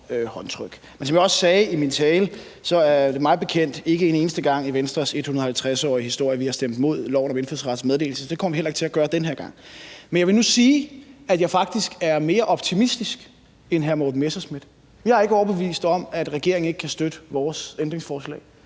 men som jeg også sagde i min tale, har vi mig bekendt ikke en eneste gang i Venstres 150-årige historie stemt imod forslaget til lov om indfødsrets meddelelse, og det kommer vi heller ikke til at gøre den her gang. Men jeg vil nu sige, at jeg faktisk er mere optimistisk end hr. Morten Messerschmidt. Jeg er ikke overbevist om, at regeringen ikke kan støtte vores ændringsforslag,